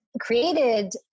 created